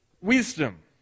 wisdom